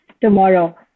tomorrow